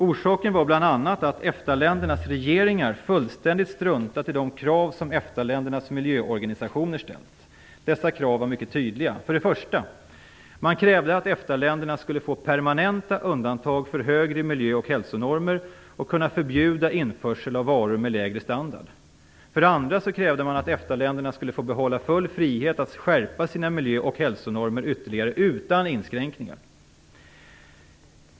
Orsaken var bl.a. att EFTA-ländernas regeringar fullständigt struntat i de krav som EFTA-ländernas miljöorganisationer ställt. Dessa krav var mycket tydliga. För det första krävde man att EFTA-länderna skulle få permanenta undantag för högre miljö och hälsonormer och kunna förbjuda införsel av varor med lägre standard. För det andra krävde man att EFTA-länderna skulle få behålla full frihet att skärpa sina miljö och hälsonormer ytterligare utan inskränkningar.